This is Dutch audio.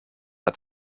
het